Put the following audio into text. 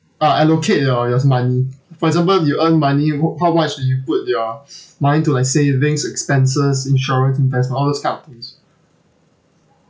uh allocate your your money for example you earn money wou~ how much do you put yours money to like savings expenses insurance investment all those kind of things